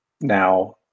now